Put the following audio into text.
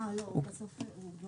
זאת לא